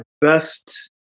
best